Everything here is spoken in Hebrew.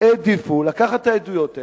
העדיפו לקחת את העדויות האלה,